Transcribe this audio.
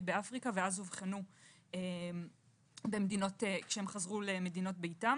באפריקה ואז אובחנו כשחזרו למדינות מוצאם.